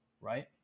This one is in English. right